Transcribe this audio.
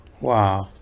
wow